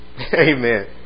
Amen